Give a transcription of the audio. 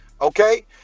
Okay